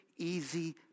easy